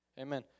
Amen